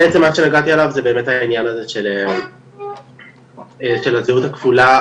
בעצם מה שהגעתי אליו זה באמת היה העניין הזה של הזהות הכפולה,